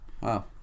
Wow